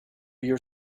your